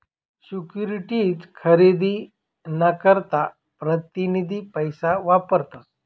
securities खरेदी ना करता प्रतीनिधी पैसा वापरतस